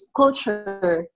culture